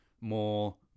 more